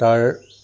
তাৰ